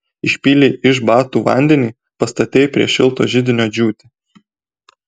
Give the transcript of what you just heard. išpylei iš batų vandenį pastatei prie šilto židinio džiūti